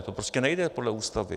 To prostě nejde podle Ústavy.